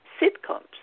sitcoms